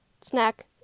snack